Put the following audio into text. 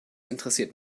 interessiert